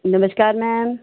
नमस्कार मैम